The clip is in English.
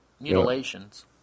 mutilations